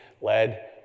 led